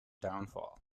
downfall